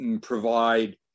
provide